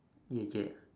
eh okay